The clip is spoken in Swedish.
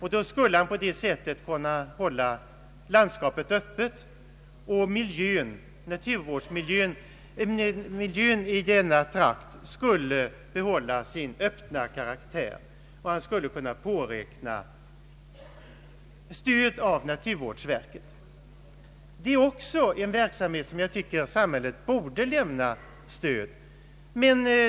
Han skulle på det sättet kunna hålla landskapet öppet, och miljön i denna trakt skulle behålla sin öppna karaktär. Han skulle kunna påräkna stöd av naturvårdsverket. Detta är också en verksamhet som jag tycker samhället borde lämna stöd åt.